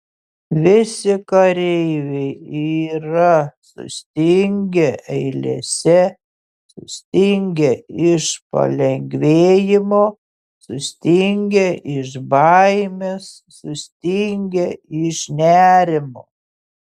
visi kareiviai yra sustingę eilėse sutingę iš palengvėjimo sustingę iš baimės sustingę iš nerimo